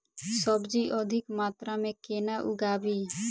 सब्जी अधिक मात्रा मे केना उगाबी?